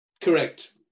Correct